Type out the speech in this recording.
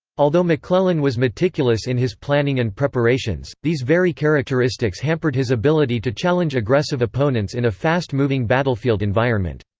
although mcclellan was meticulous in his planning and preparations, these very characteristics hampered his ability to challenge aggressive opponents in a fast-moving battlefield environment.